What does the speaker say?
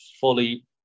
fully